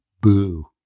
boo